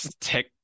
Tech